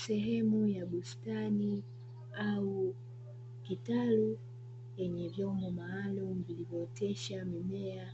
Sehemu ya bustani au kitalu yenye vyombo maalum vilivyo otesha mimea